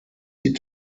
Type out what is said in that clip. die